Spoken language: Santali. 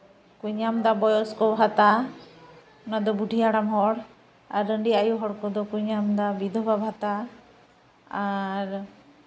ᱠᱚ ᱧᱟᱢᱫᱟ ᱵᱚᱭᱚᱥᱠᱚ ᱵᱷᱟᱛᱟ ᱚᱱᱟᱫᱚ ᱵᱩᱰᱷᱤ ᱦᱟᱲᱟᱢ ᱦᱚᱲ ᱟᱨ ᱨᱟᱺᱰᱤ ᱟᱹᱭᱩ ᱦᱚᱲ ᱠᱚᱫᱚ ᱠᱚ ᱧᱟᱢᱫᱟ ᱵᱤᱫᱷᱚᱵᱟ ᱵᱷᱟᱛᱟ ᱟᱨ